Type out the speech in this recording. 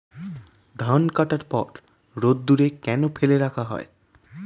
ধান কাটার পর রোদ্দুরে কেন ফেলে রাখা হয়?